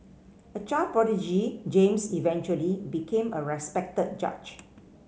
a child prodigy James eventually became a respected judge